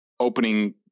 Opening